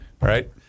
right